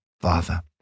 Father